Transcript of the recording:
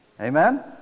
Amen